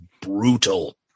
brutal